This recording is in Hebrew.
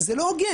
זה לא הוגן,